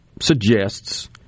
suggests